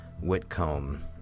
Whitcomb